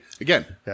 Again